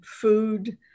food